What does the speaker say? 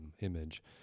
image